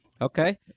Okay